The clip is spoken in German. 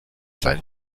seinen